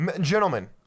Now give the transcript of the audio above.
gentlemen